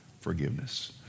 forgiveness